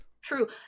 True